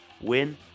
win